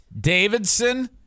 Davidson